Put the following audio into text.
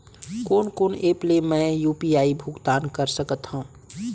कोन कोन एप ले मैं यू.पी.आई भुगतान कर सकत हओं?